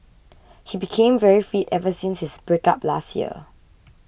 he became very fit ever since his breakup last year